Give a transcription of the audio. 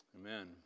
Amen